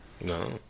No